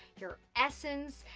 your essence.